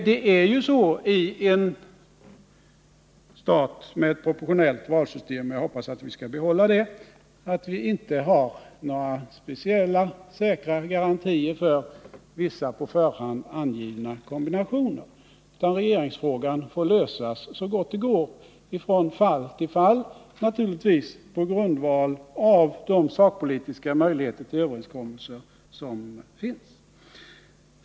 Det är ju så i en stat med proportionellt valsystem — och jag hoppas vi skall behålla det — att vi inte har några säkra garantier för vissa på förhand angivna kombinationer, utan regeringsfrågan får lösas så gott det går från fall till fall, naturligtvis på grundval av de sakpolitiska möjligheter till överenskommelser som finns.